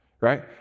right